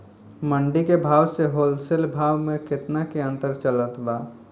मंडी के भाव से होलसेल भाव मे केतना के अंतर चलत बा?